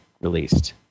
released